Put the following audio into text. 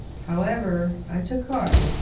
however, i took heart.